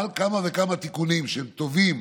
אבל כמה וכמה תיקונים שטובים